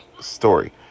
story